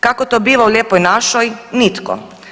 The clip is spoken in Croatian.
Kako to biva u lijepoj našoj, nitko.